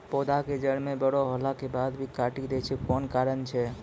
पौधा के जड़ म बड़ो होला के बाद भी काटी दै छै कोन कारण छै?